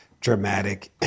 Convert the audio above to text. dramatic